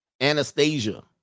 Anastasia